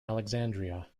alexandria